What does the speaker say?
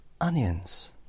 Onions